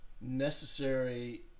necessary